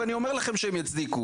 ואני אומר לכם שהם יצדיקו.